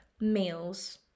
meals